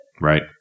Right